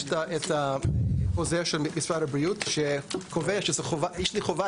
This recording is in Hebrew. יש את החוזר של משרד הבריאות שקובע שיש לי חובת